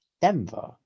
Denver